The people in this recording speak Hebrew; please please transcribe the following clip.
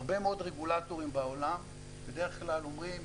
הרבה מאוד רגולטורים בעולם בדרך כלל אומרים,